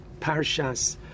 Parshas